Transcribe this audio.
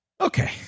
Okay